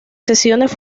sesiones